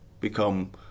become